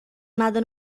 nada